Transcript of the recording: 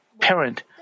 parent